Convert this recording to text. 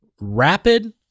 rapid